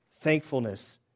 thankfulness